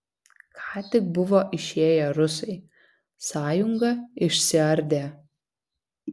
ką tik buvo išėję rusai sąjunga išsiardė